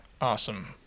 Awesome